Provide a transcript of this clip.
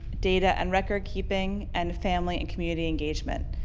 data and record keeping, and family and community engagement.